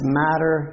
matter